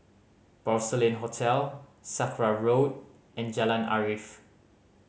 Porcelain Hotel Sakra Road and Jalan Arif